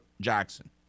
Jackson